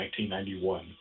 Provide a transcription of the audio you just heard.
1991